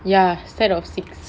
ya set of six